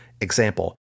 Example